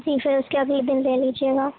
جی پھر اس کے اگلے دن لے لیجیے گا